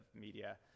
media